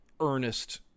earnest